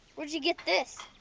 where'd you get this?